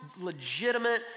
legitimate